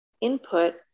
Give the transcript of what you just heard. input